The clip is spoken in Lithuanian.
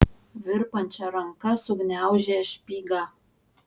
virpančia ranka sugniaužė špygą